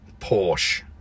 Porsche